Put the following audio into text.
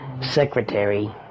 secretary